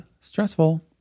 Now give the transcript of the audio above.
stressful